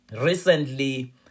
Recently